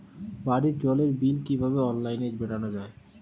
বাড়ির জলের বিল কিভাবে অনলাইনে মেটানো যায়?